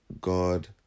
god